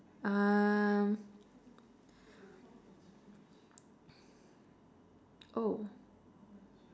um oh